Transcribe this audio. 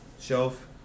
shelf